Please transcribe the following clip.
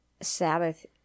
Sabbath